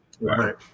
Right